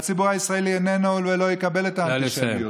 הציבור הישראלי איננו כזה ולא יקבל את האנטישמיות.